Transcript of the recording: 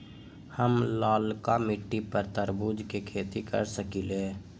हम लालका मिट्टी पर तरबूज के खेती कर सकीले?